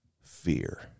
fear